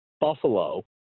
buffalo